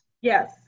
Yes